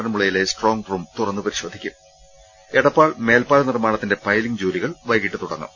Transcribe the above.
ന്മുളയിലെ strong room തുറന്നുപരിശോധിക്കും എടപ്പാൾ മേൽപ്പാല നിർമ്മാണത്തിന്റെ പൈലിംഗ് വൈകിട്ട് തുടങ്ങും